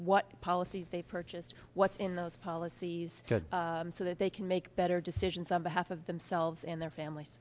what policies they purchase what's in those policies so that they can make better decisions on behalf of themselves and their famil